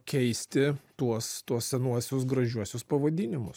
keisti tuos tuos senuosius gražiuosius pavadinimus